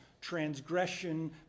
transgression